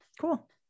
cool